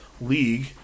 league